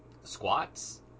Squats